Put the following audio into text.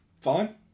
fine